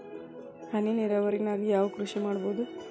ಹನಿ ನೇರಾವರಿ ನಾಗ್ ಯಾವ್ ಕೃಷಿ ಮಾಡ್ಬೋದು?